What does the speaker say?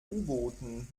booten